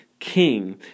King